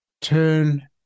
turn